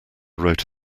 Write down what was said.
wrote